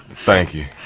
thank you.